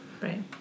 Right